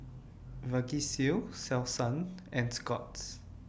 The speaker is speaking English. Vagisil Selsun and Scott's